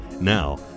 Now